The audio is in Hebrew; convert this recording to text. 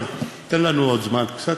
אבל תן לנו עוד זמן קצת,